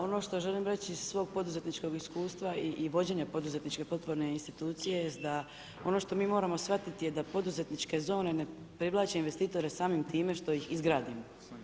Ono što želim reći iz svog poduzetničkog iskustva i vođenja poduzetničke potporne institucije jest da ono što mi moramo shvatiti je da poduzetničke zone ne privlače investitore samim time što ih izgradimo.